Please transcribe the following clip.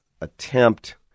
attempt